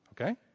Okay